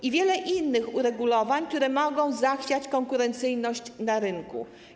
Jest wiele innych uregulowań, które mogą zachwiać konkurencyjność na rynku.